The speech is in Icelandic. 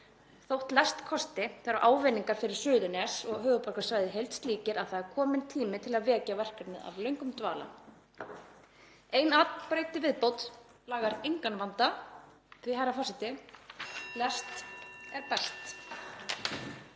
Þótt lest kosti er ávinningurinn fyrir Suðurnes og höfuðborgarsvæðið í heild slíkur að það er kominn tími til að vekja verkefnið af löngum dvala. Ein akbraut í viðbót lagar engan vanda því að, herra forseti, lest er best.